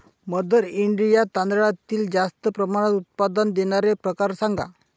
mother India तांदळातील जास्त प्रमाणात उत्पादन देणारे प्रकार सांगा